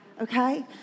Okay